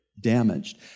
damaged